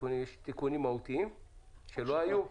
יש תיקונים מהותיים שלא היו?